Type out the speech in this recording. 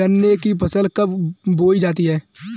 गन्ने की फसल कब बोई जाती है?